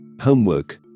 Homework